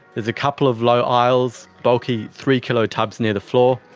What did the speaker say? there's a couple of low aisles, bulky three-kilo tubs near the floor,